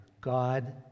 god